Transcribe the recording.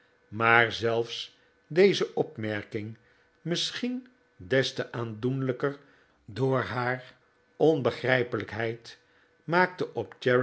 maar zelfs deze opmerking misschien des te aandoenlijker door haar onbegrijpelijkheid maakte op